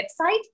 website